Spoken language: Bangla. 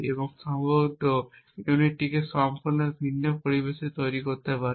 এবং সম্ভবত এই ইউনিটটিকে সম্পূর্ণ ভিন্ন পরিবেশে তৈরি করতে পারি